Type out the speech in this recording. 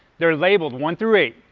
they are labeled one through eight.